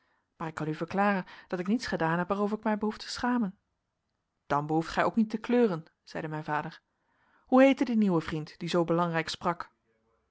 maar ik kan u verklaren dat ik niets gedaan heb waarover ik mij behoef te schamen dan behoeft gij ook niet te kleuren zeide mijn vader hoe heette die nieuwe vriend die zoo belangrijk sprak